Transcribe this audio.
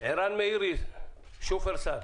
ערן מאירי, שופרסל.